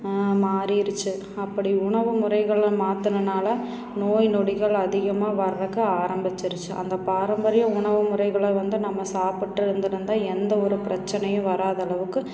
மாறிடித்து அப்படி உணவுமுறைகளை மாத்துனதுனால நோய்நொடிகள் அதிகமாக வர்றதுக்கு ஆரம்பித்துடிச்சி அந்த பாரம்பரிய உணவு முறைகளை வந்து நம்ம சாப்பிட்டு இருந்துருந்தால் எந்த ஒரு பிரச்சனையும் வராத அளவுக்கு